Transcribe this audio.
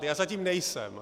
Já zatím nejsem.